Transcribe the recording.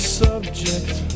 subject